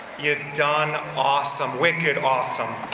you've done awesome. wicked awesome.